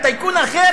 הטייקון האחר,